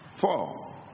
four